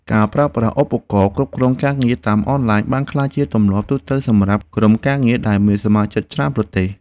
ការប្រើប្រាស់ឧបករណ៍គ្រប់គ្រងការងារតាមអនឡាញបានក្លាយជាទម្លាប់ទូទៅសម្រាប់ក្រុមការងារដែលមានសមាជិកច្រើនប្រទេស។